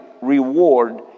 reward